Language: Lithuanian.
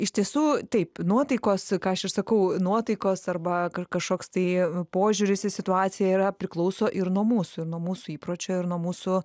iš tiesų taip nuotaikos ką aš ir sakau nuotaikos arba ka kašoks tai požiūris į situaciją yra priklauso ir nuo mūsų ir nuo mūsų įpročio ir nuo mūsų